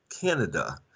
canada